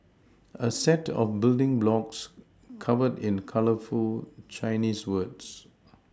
a set of building blocks covered in colourful Chinese words